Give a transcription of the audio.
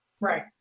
Right